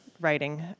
writing